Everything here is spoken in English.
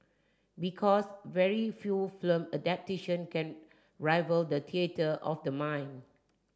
because very few film adaptation can rival the theatre of the mind